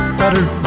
better